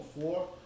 four